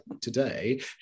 today